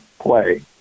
play